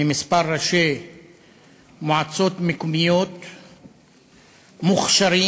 מכמה ראשי מועצות מקומיות מוכשרים,